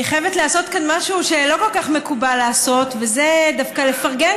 אני חייבת לעשות כאן משהו שלא כל כך מקובל לעשות וזה דווקא לפרגן